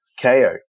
KO